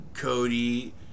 Cody